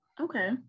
okay